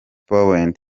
point